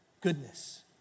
goodness